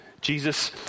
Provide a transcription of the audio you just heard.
Jesus